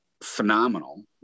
phenomenal